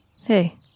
Hey